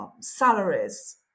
salaries